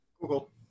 Google